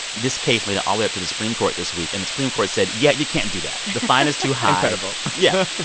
this case made it all up to the supreme court this week. and the supreme court said, yeah. you can't do that the fine is too high incredible yeah.